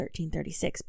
1336